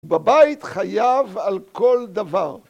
בבית חייב על כל דבר.